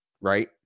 Right